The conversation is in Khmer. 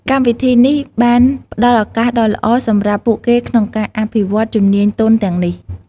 កម្មវិធីនេះ បានផ្ដល់ឱកាសដ៏ល្អសម្រាប់ពួកគេក្នុងការអភិវឌ្ឍន៍ជំនាញទន់ទាំងនេះ។